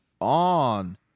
on